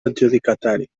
adjudicatari